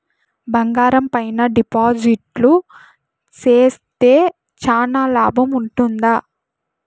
బంగారం పైన డిపాజిట్లు సేస్తే చానా లాభం ఉంటుందా?